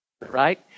right